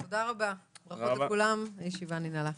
תודה רבה, ברכות לכולם, הישיבה ננעלה.